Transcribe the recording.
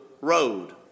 road